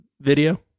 video